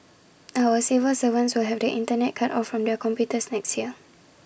our civil servants will have the Internet cut off from their computers next year